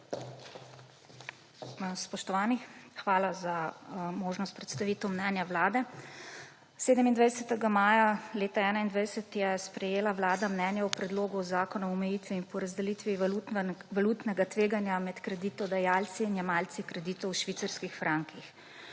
Spoštovani, hvala za možnost predstavitev mnenja Vlade! 27. maja leta 2021 je sprejela Vlada mnenje o Predlogu zakona o omejitvi in porazdelitvi valutnega tveganja med kreditodajalci in jemalci kreditov v švicarskih frankih.